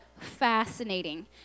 fascinating